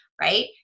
right